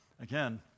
Again